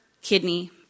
kidney